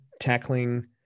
Tackling